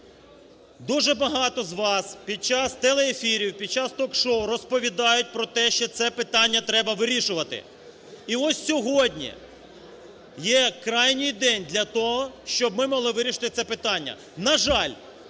Дуже багато з вас під час телеефірів, під час ток-шоу розповідають про те, що це питання треба вирішувати. І ось сьогодні є крайній день для того, щоб ми могли вирішити це питання. На жаль,